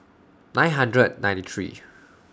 nine hundred ninety three